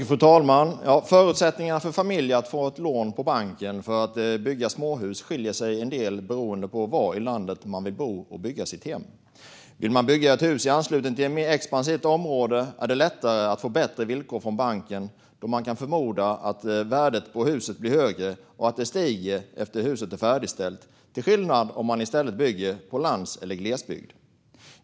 Fru talman! Förutsättningar för familjer att få ett lån på banken för att bygga småhus skiljer sig en del beroende på var i landet man vill bo och bygga sitt hem. Vill man bygga ett hus i anslutning till ett mer expansivt område är det lättare att få bättre villkor från banken, då man kan förmoda att värdet på huset blir högre och att det stiger efter det att huset är färdigställt, till skillnad från om man i stället bygger på lands eller glesbygd.